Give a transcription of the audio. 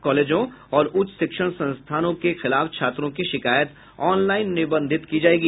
कॉलेजों और उच्च शिक्षण संस्थानों के खिलाफ छात्रों की शिकायत ऑनलाइन निबंधित की जायेगी